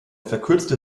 verkürzte